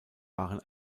waren